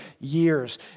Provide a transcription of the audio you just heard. years